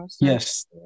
Yes